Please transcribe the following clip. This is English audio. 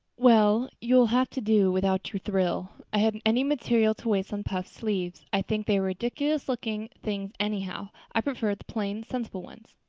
well, you'll have to do without your thrill. i hadn't any material to waste on puffed sleeves. i think they are ridiculous-looking things anyhow. i prefer the plain, sensible ones.